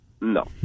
No